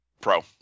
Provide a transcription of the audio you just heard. Pro